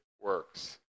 works